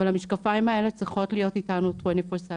אבל המשקפיים האלה צריכות להיות איתנו 24/7,